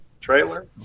trailer